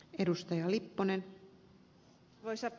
arvoisa rouva puhemies